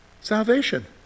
Salvation